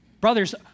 Brothers